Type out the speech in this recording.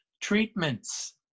treatments